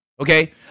okay